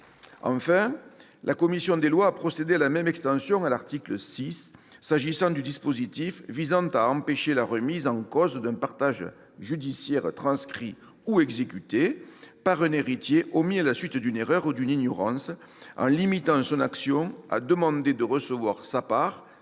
Enfin, la commission des lois a procédé à la même extension, à l'article 6, s'agissant du dispositif visant à empêcher la remise en cause d'un partage judiciaire transcrit ou exécuté par un héritier omis à la suite d'une erreur ou d'une ignorance, en limitant son action à la faculté de demander de recevoir sa part,